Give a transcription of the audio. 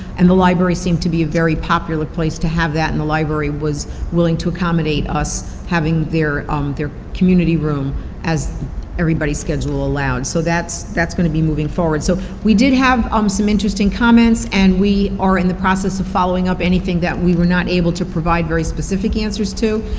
and the library seemed to be a very popular place to have that, and the library was willing to accommodate us having their their community room as everybody's schedule allowed. so that's that's gonna be moving forward. so we did have um some interesting comments, and we are in the process of following up anything that we were not able to provide very specific answers to,